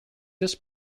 this